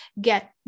get